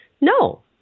No